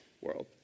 world